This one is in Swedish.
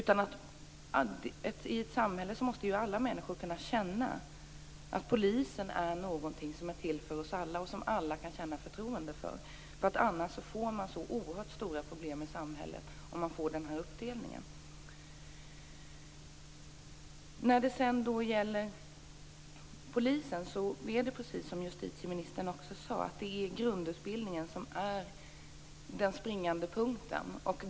I ett samhälle måste alla människor kunna känna att polisen är till för oss alla och som alla kan känna förtroende för, annars får man så oerhört stora problem i samhället, och man får denna uppdelning. Precis som justitieministern sade är det polisens grundutbildning som är den springande punkten.